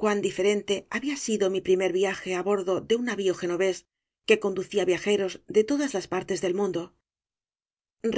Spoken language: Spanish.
cuan diferente había sido mi primer viaje á bordo de un navio genovés que conducía viajeros de todas las partes del mundo